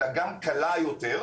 היא הייתה גם קלה יותר.